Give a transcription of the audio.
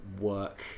work